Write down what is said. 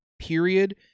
period –